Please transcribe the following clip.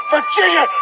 Virginia